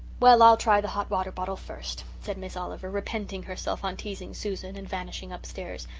well, i'll try the hot-water bottle first, said miss oliver, repenting herself on teasing susan and vanishing upstairs,